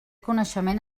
coneixement